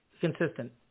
Consistent